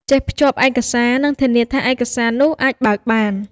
ចេះភ្ជាប់ឯកសារ និងធានាថាឯកសារនោះអាចបើកបាន។